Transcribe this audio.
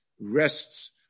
rests